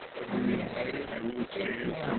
of the united states